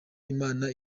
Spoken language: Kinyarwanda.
imana